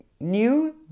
New